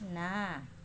ନା